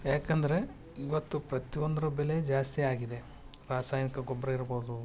ಯಾಕಂದರೆ ಇವತ್ತು ಪ್ರತ್ಯೊಂದರ ಬೆಲೆ ಜಾಸ್ತಿ ಆಗಿದೆ ರಾಸಾಯನಿಕ ಗೊಬ್ಬರ ಇರ್ಬೋದು